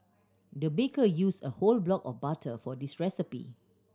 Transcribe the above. the baker used a whole block of butter for this recipe